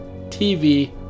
TV